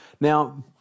Now